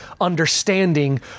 understanding